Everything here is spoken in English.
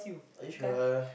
are you sure